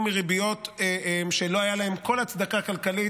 מריביות שלא הייתה להן כל הצדקה כלכלית.